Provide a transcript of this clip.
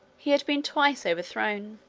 he had been twice overthrown.